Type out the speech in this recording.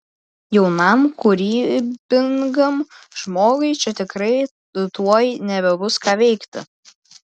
jaunam kūrybingam žmogui čia tikrai tuoj nebebus ką veikti